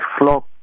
flock